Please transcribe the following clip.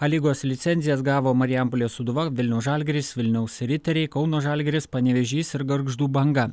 a lygos licencijas gavo marijampolės sūduva vilniaus žalgiris vilniaus riteriai kauno žalgiris panevėžys ir gargždų banga